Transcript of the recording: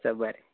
च बरें